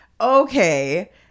okay